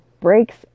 breaks